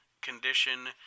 condition